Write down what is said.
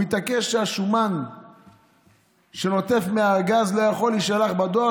הוא התעקש שהשומן שנוטף מהארגז לא יכול להישלח בדואר,